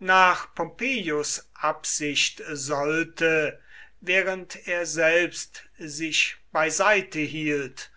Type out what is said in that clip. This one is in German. nach pompeius absicht sollte während er selbst sich beiseite hielt